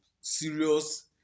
serious